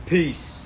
Peace